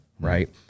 Right